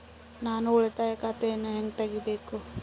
ನಾನು ಉಳಿತಾಯ ಖಾತೆಯನ್ನು ಹೆಂಗ್ ತಗಿಬೇಕು?